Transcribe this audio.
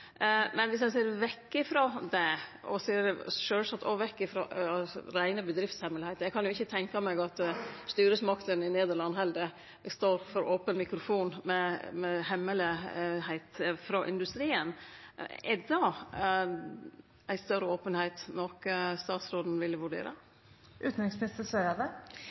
Men viss ein ser vekk frå det og sjølvsagt òg ser vekk frå reine bedriftshemmelegheiter – eg kan ikkje tenkje meg at styresmaktene i Nederland heller står for open mikrofon med hemmelegheiter frå industrien – er då ei større openheit noko utanriksministaren vil vurdere?